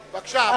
בבקשה.